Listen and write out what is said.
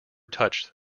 touched